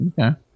Okay